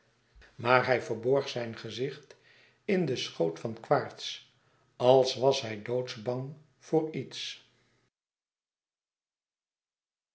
maar hij verborg zijn gezicht in den schoot van quaerts als was hij doodsbang voor iets